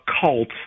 cult